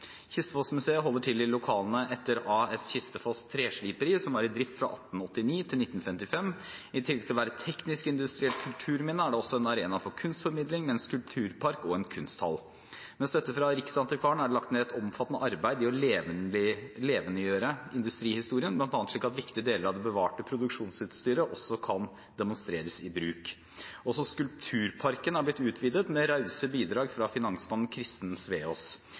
holder til i lokalene etter A/S Kistefos Træsliberi, som var i drift fra 1889 til 1955. I tillegg til å være et teknisk-industrielt kulturminne er det også en arena for kunstformidling med en skulpturpark og en kunsthall. Med støtte fra Riksantikvaren er det lagt ned et omfattende arbeid i å levendegjøre industrihistorien, bl.a. slik at viktige deler av det bevarte produksjonsutstyret også kan demonstreres i bruk. Også skulpturparken er blitt utvidet med rause bidrag fra finansmannen Christen Sveaas.